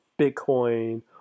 Bitcoin